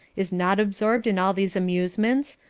is not absorbed in all these amusements,